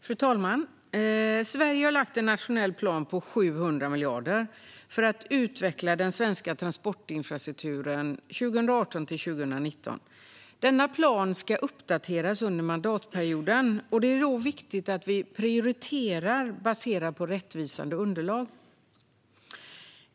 Fru talman! Sverige har lagt fram en nationell plan på 700 miljarder för att utveckla den svenska transportinfrastrukturen mellan 2018 och 2029. Denna plan ska uppdateras under mandatperioden, och det är då viktigt att vi prioriterar baserat på rättvisande underlag.